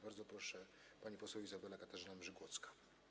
Bardzo proszę, pani poseł Izabela Katarzyna Mrzygłocka.